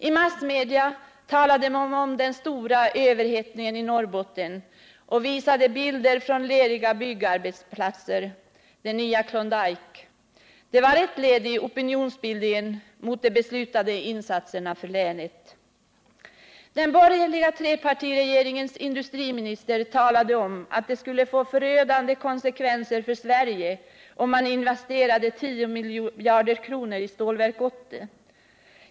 I massmedia talade man om den stora överhettningen i Norrbotten och visade bilder från leriga byggarbetsplatser — ”det nya Klondyke”. Det var ett led i opinionsbildningen mot de beslutade insatserna för länet. Den borgerliga trepartiregeringens industriminister talade om att det skulle få förödande konsekvenser för Sverige om man investerade 10 miljarder kronor i Stålverk 80.